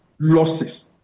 losses